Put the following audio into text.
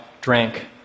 drank